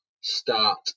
start